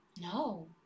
no